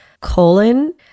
colon